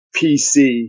PC